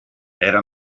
era